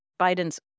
Biden's